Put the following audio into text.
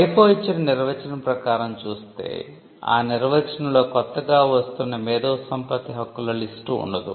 WIPO ఇచ్చిన నిర్వచనం చూస్తే ఆ నిర్వచనంలో కొత్తగా వస్తున్న మేదోసంపత్తి హక్కుల లిస్టు ఉండదు